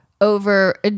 over